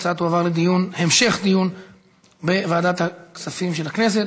ההצעה תועבר להמשך דיון בוועדת הכספים של הכנסת.